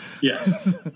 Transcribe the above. Yes